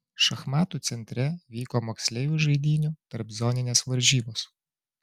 šachmatų centre vyko moksleivių žaidynių tarpzoninės varžybos